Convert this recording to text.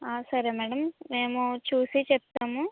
సరే మేడం మేము చూసి చెప్తాము